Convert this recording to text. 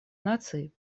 наций